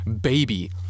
baby